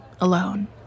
alone